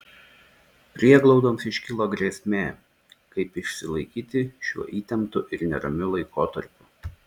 prieglaudoms iškilo grėsmė kaip išsilaikyti šiuo įtemptu ir neramiu laikotarpiu